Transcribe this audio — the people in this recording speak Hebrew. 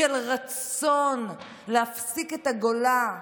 של רצון להפסיק את הגולה,